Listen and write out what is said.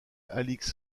alix